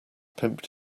pimped